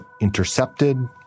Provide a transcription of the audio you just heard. intercepted